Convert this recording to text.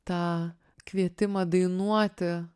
tą kvietimą dainuoti